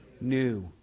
new